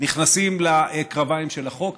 נכנסים לקרביים של החוק,